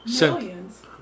Millions